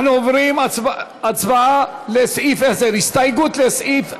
אנחנו עוברים להצבעה על הסתייגות לסעיף 10,